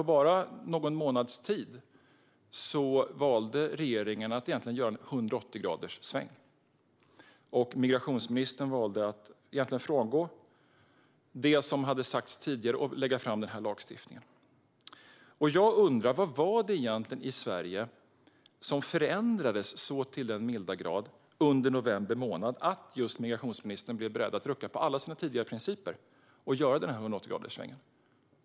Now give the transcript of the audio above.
På bara en månads tid valde regeringen att göra en 180-graderssväng. Migrationsministern valde att frångå det som hade sagts tidigare och lägga fram denna lagstiftning. Jag undrar vad det var i Sverige som förändrades så till den grad i november månad att migrationsministern var beredd att rucka på alla sina tidigare principer och göra denna 180-graderssväng.